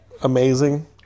Amazing